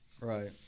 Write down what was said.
right